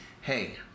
hey